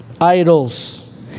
idols